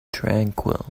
tranquil